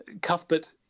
Cuthbert